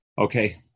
Okay